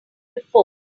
before